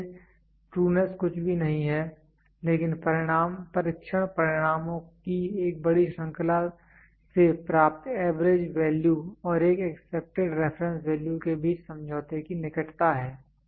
इसलिए ट्रूनेस कुछ भी नहीं है लेकिन परीक्षण परिणामों की एक बड़ी श्रृंखला से प्राप्त एवरेज वैल्यू और एक एक्सेप्टेड रेफरेंस वैल्यू के बीच समझौते की निकटता है